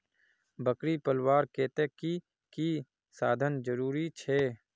बकरी पलवार केते की की साधन जरूरी छे?